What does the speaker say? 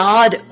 God